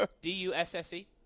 D-U-S-S-E